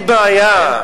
אין לי בעיה.